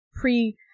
Pre